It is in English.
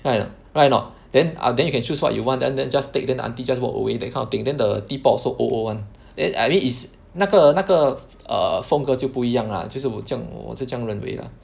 right or not right or not then ah then you can choose what you want then then just take then aunty just walk away that kind of thing then the teapot also old old [one] then I mean is 那个那个 err 风格就不一样 lah 就是我这样我就这样认为 ah